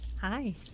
Hi